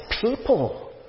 people